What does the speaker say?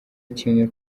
kimwe